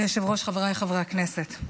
אדוני היושב-ראש, חבריי חברי הכנסת,